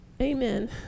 Amen